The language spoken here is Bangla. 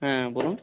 হ্যাঁ বলুন